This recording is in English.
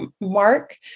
Mark